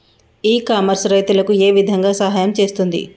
ఇ commerce రైతులకు ఏ విధంగా సహాయం చేస్తుంది?